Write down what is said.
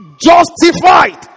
justified